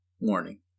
Warning